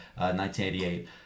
1988